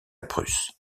prusse